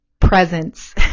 presence